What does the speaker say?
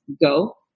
go